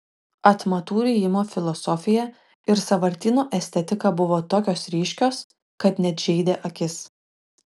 atmatų rijimo filosofija ir sąvartyno estetika buvo tokios ryškios kad net žeidė akis